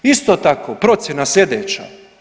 Isto tako procjena sljedeća.